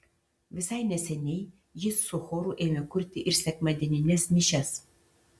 visai neseniai jis su choru ėmė kurti ir sekmadienines mišias